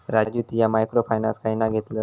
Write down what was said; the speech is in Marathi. राजू तु ह्या मायक्रो फायनान्स खयना घेतलस?